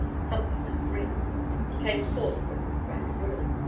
something like rings came forth from his private room.